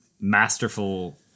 masterful